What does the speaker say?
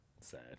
Sad